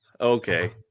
Okay